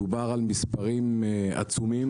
מדובר במספרים עצומים,